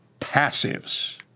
passives